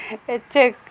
വച്ചേക്ക്